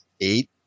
eight